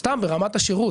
סתם, ברמת השירות.